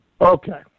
okay